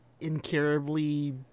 incurably